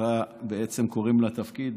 ככה בעצם קוראים לתפקיד.